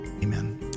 Amen